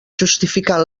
justificant